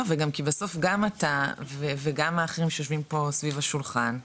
כי בסוף גם אתה וגם אחרים שיושבים פה סביב השולחן,